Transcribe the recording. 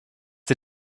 sie